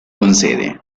concede